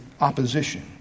Opposition